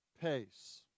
pace